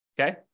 Okay